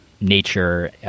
nature